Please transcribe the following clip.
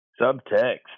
subtext